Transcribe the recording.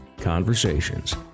conversations